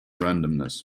randomness